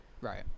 Right